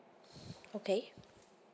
okay